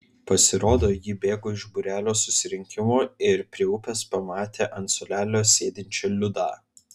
pasirodo ji bėgo iš būrelio susirinkimo ir prie upės pamatė ant suolelio sėdinčią liudą